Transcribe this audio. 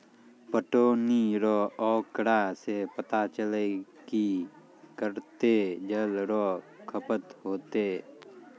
पटौनी रो आँकड़ा से पता चलै कि कत्तै जल रो खपत होतै